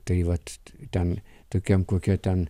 tai vat ten tokiam kokia ten